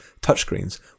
touchscreens